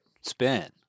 spin